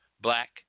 black